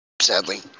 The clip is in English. Sadly